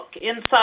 inside